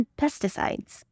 pesticides